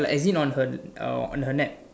like as in on her uh on her neck